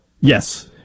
yes